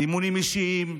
אימונים אישיים,